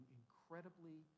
incredibly